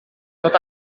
dod